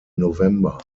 november